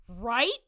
right